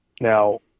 now